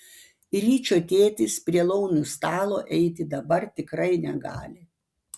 ryčio tėtis prie laumių stalo eiti dabar tikrai negali